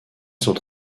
sont